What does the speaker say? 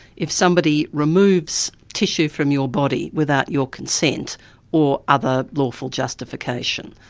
if somebody removes tissue from your body without your consent or other lawful justification.